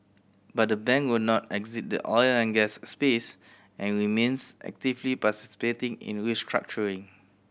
but the bank will not exit the oil and gas space and remains actively participating in restructuring